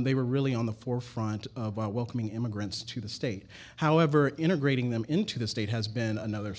they were really on the forefront about welcoming immigrants to the state however integrating them into the state has been another